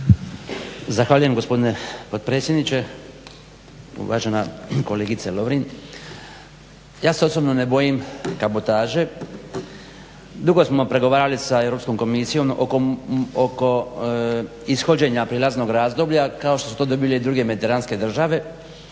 Zahvaljujem gospodine potpredsjedniče, uvažena kolegice Lovrin, ja se osobno ne bojim kabotaže, dugo smo pregovarali sa Europskom komisijom oko ishođenja prijelaznog razdoblja kao što su to dobile i druge mediteranske države.